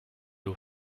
aux